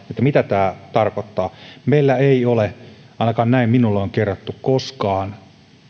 mitä tämä tarkoittaa meillä ei ole ainakin näin minulle on kerrottu koskaan